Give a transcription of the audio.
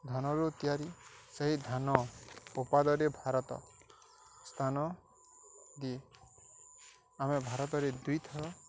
ଧାନରୁ ତିଆରି ସେହି ଧାନ ଉତ୍ପାଦନରେ ଭାରତ ସ୍ଥାନ ଦିଏ ଆମେ ଭାରତରେ ଦୁଇଥର